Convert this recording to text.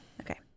okay